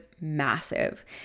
massive